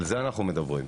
על זה אנחנו מדברים.